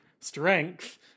strength